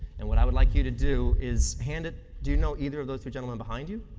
and what i'd like you to do is handed do you know either of those two gentlemen behind you?